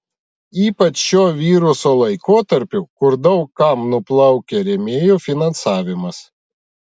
ypač šiuo viruso laikotarpiu kur daug kam nuplaukė rėmėjų finansavimas